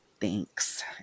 thanks